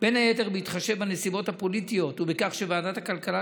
בין היתר בהתחשב בנסיבות הפוליטיות ובכך שוועדת הכלכלה,